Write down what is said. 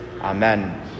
Amen